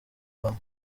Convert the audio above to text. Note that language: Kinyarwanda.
obama